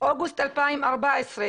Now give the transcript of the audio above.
אוגוסט 2014,